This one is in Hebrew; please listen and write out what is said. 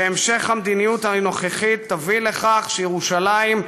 שהמשך המדיניות הנוכחית יוביל לכך שירושלים,